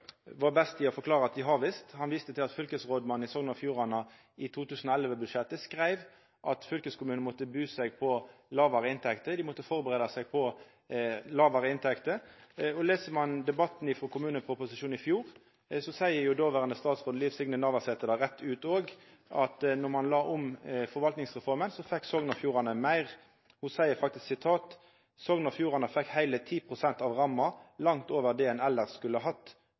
best til å forklara at dei har visst. Han viste til at fylkesrådmannen i Sogn og Fjordane i 2011-budsjettet skreiv at fylkeskommunane måtte førebu seg på lågare inntekter. Les ein debatten om kommuneproposisjonen i fjor, sa dåverande statsråd Liv Signe Navarsete rett ut at då ein la om forvaltingsreforma, fekk Sogn og Fjordane meir. Ho seier faktisk: «Sogn og Fjordane fekk heile 10 pst. av ramma – langt over det ein elles skulle hatt.»